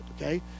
okay